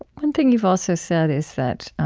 one thing you've also said is that